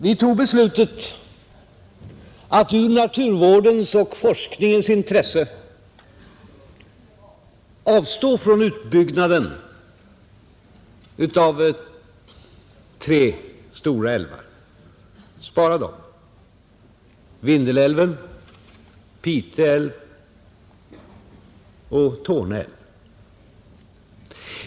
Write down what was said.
Vi tog beslutet att i naturvårdens och forskningens intresse avstå från utbyggnaden av tre stora älvar — spara dem — Vindelälven, Pite älv och Torne älv.